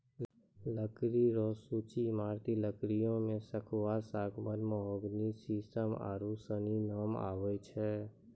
लकड़ी रो सूची ईमारती लकड़ियो मे सखूआ, सागमान, मोहगनी, सिसम आरू सनी नाम आबै छै